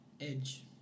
edge